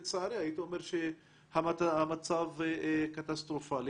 המצב קטסטרופלי.